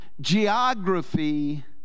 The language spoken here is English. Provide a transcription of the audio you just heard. geography